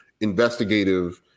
investigative